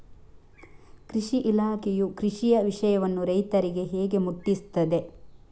ಕೃಷಿ ಇಲಾಖೆಯು ಕೃಷಿಯ ವಿಷಯವನ್ನು ರೈತರಿಗೆ ಹೇಗೆ ಮುಟ್ಟಿಸ್ತದೆ?